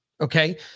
Okay